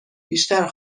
بیشتر